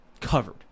covered